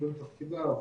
במילוי תפקידה,